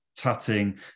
tutting